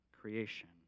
creation